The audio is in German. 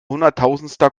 hunderttausendster